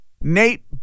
Nate